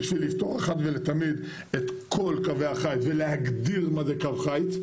בשביל לפתור אחת ולתמיד את כל קווי החיץ ולהגדיר מה זה קו חיץ,